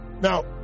now